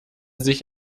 sich